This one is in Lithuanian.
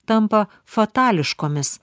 tampa fatališkomis